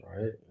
Right